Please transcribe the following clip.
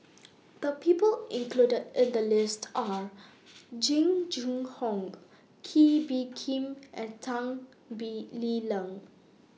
The People included in The list Are Jing Jun Hong Kee Bee Khim and Tan Lee Leng